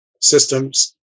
systems